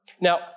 Now